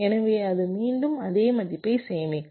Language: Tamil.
எனவே அது மீண்டும் அதே மதிப்பை சேமிக்கும்